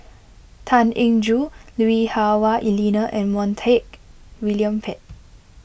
Tan Eng Joo Lui Hah Wah Elena and Montak William Pett